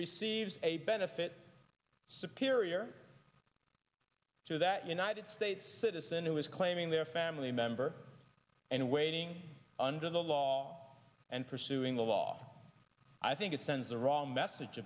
receive a benefit superior to that united states citizen who is claiming their family member and waiting under the law and pursuing the law i think it sends the wrong message